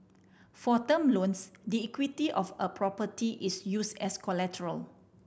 for term loans the equity of a property is used as collateral